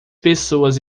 pessoas